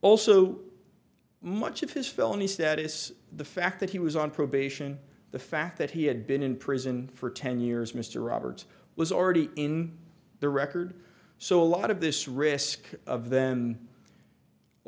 also much of his felonies that is the fact that he was on probation the fact that he had been in prison for ten years mr roberts was already in the record so a lot of this risk of then a